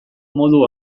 modu